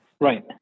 Right